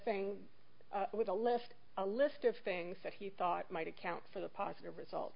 thing with a list a list of things that he thought might account for the positive result